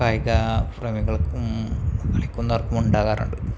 കായിക പ്രേമികൾക്കും കളിക്കുന്നവർക്കും ഉണ്ടാകാറുണ്ട്